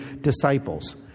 disciples